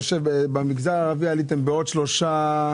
במגזר הערבי עליתם בעוד שלושה,